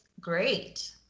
great